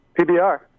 PBR